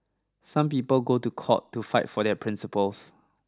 some people go to court to fight for their principles